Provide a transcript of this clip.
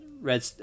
red